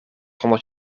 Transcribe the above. honderd